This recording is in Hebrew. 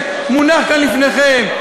שמונח כאן לפניכם: